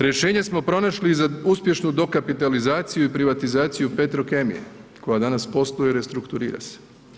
Rješenje smo pronašli i za uspješnu dokapitalizaciju i privatizaciju Petrokemije koja danas posluje i restrukturira se.